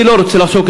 אני לא רוצה לחשוב,